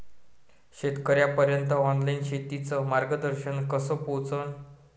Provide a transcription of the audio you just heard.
शेतकर्याइपर्यंत ऑनलाईन शेतीचं मार्गदर्शन कस पोहोचन?